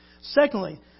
Secondly